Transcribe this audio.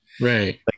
Right